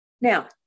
Now